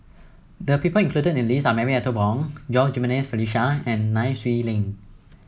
the people included in the list are Marie Ethel Bong Jimenez Felicia and Nai Swee Leng